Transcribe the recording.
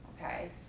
Okay